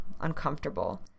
uncomfortable